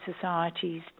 societies